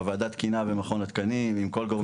בוועדת תקינה במכון התקנים עם כל גורמי המקצוע.